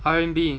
R_M_B